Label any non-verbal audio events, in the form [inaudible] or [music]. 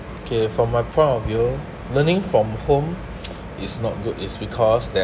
okay from my point of view learning from home [noise] is not good is because that